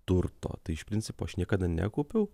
turto tai iš principo aš niekada nekaupiau